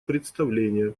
представление